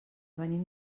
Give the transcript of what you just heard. venim